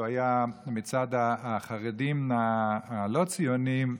שהוא היה מצד החרדים הלא-ציונים,